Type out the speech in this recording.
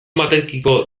batekiko